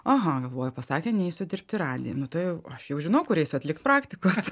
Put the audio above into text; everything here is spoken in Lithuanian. aha galvoju pasakė neisiu dirbt į radiją nu tai aš jau žinau kur eisiu atlikt praktikos